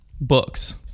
books